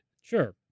Sure